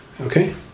Okay